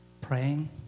Praying